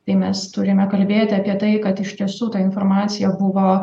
tai mes turime kalbėti apie tai kad iš tiesų ta informacija buvo